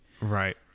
Right